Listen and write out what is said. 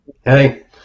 hey